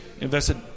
invested